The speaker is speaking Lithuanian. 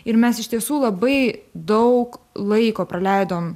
ir mes iš tiesų labai daug laiko praleidom